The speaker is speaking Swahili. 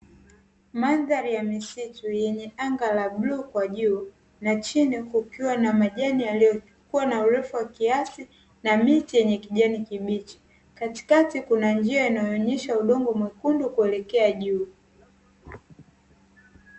Mandhari ya misitu yenye anga la bluu kwa juu na chini kukiwa na majani yaliyokuwa na urefu wa kiasi na miti, yenye kijani kibichi katikati kuna njia inaonyesha udongo mwekundu kuelekea juu.